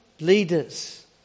leaders